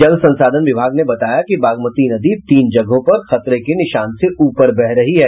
जल संसाधन विभाग ने बताया कि बागमती नदी तीन जगहों पर खतरे के निशान से ऊपर बह रही है